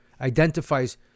identifies